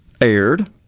aired